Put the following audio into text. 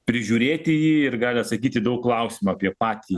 prižiūrėti jį ir gali atsakyt į daug klausimų apie patį